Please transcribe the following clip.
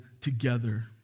together